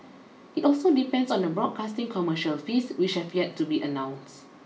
it also depends on the broadcasting commercial fees which have yet to be announce